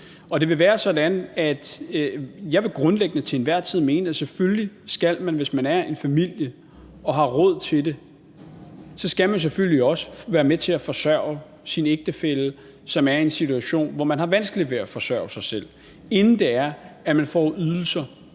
tid grundlæggende vil mene, at selvfølgelig skal man, hvis man er en familie og har råd til det, være med til at forsørge sin ægtefælle, som er i en situation, hvor vedkommende har vanskeligt ved at forsørge sig selv, inden det er, at vedkommende får ydelser